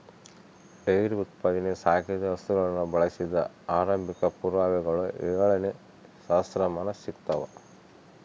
dairy ಉತ್ಪಾದನೆಗೆ ಸಾಕಿದ ಹಸುಗಳನ್ನು ಬಳಸಿದ ಆರಂಭಿಕ ಪುರಾವೆಗಳು ಏಳನೇ ಸಹಸ್ರಮಾನ ಸಿಗ್ತವ